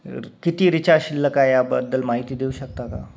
र किती रिचार्ज शिल्लक आहे याबद्दल माहिती देऊ शकता का